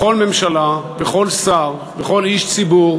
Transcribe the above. כל ממשלה, כל שר, כל איש ציבור,